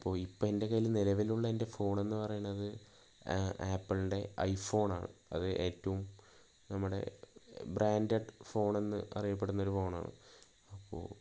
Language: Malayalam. അപ്പോൾ ഇപ്പോൾ എൻ്റെ കയ്യിൽ നിലവിലുള്ള ഫോണെന്ന് പറയുന്നത് ആപ്പിളിന്റെ ഐഫോൺ ആണ് അത് ഏറ്റവും നമ്മുടെ ബ്രാൻഡഡ് ഫോൺ എന്ന് അറിയപ്പെടുന്നൊരു ഫോൺ ആണ് അപ്പോൾ